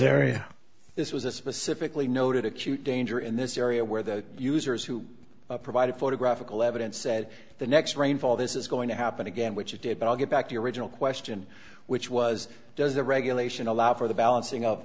area this was a specifically noted acute danger in this area where the users who provided photographic levitt and said the next rainfall this is going to happen again which it did but i'll get back to your original question which was does the regulation allow for the balancing of